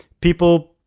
people